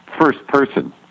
first-person